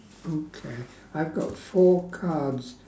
okay I've got four cards